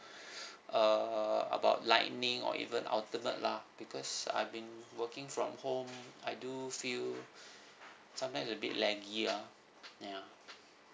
uh about lightning or even ultimate lah because I've been working from home I do feel sometimes a bit laggy lah ya